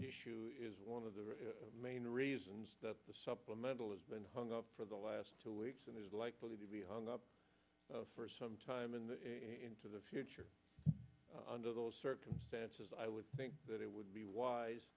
issue is one of the main reasons that the supplemental has been hung up for the last two weeks and is likely to be hung up for some time in the into the future under those circumstances i would think that it would be wise